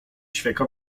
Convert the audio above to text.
ćwieka